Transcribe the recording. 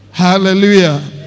Hallelujah